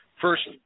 First